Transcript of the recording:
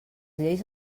lleis